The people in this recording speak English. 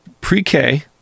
pre-K